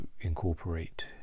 incorporate